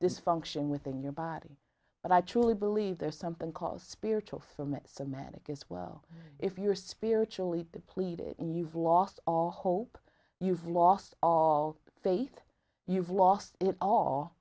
this function within your body but i truly believe there's something called spiritual for mr manic as well if you're spiritually depleted and you've lost all hope you've lost all faith you've lost it all